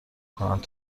کنند